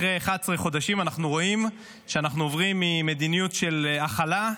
אחרי 11 חודשים אנחנו רואים שאנחנו עוברים ממדיניות של הכלה,